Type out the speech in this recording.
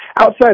outside